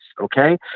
okay